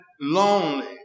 lonely